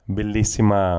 bellissima